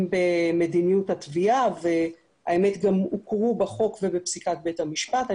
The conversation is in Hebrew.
במדיניות התביעה והם גם הוכרו בחוק ובפסיקת בית המשפט.